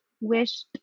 wished